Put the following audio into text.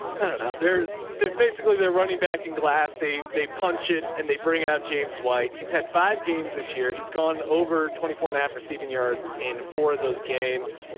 and and they're they're basically they're running back in glass. they, they punch it and they bring out james white. he's had five games this year. he's gone over twenty four and a half receiving yards in four of those games.